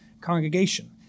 congregation